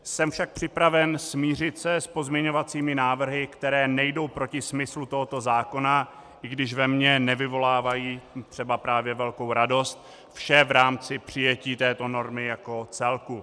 Jsem však připraven se smířit s pozměňovacími návrhy, které nejdou proti smyslu tohoto zákona, i když ve mně nevyvolávají třeba právě velkou radost, vše v rámci přijetí této normy jako celku.